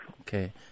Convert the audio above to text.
Okay